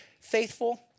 faithful